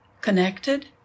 connected